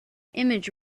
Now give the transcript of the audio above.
image